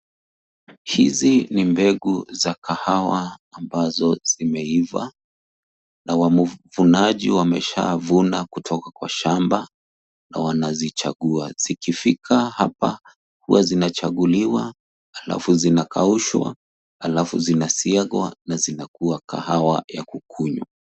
Hizi ni mbegu za kahawa ambazo zimeiva na wavunaji wameshavuna kutoka kwa shamba na wanazichagua ,zikifika hapa huwa zinachaguliwa halafu zinakaushwa halafu zinasiagwa na zinakuwa kahawa ya kukunywa.